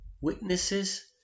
Witnesses